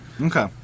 Okay